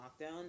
lockdown